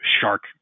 shark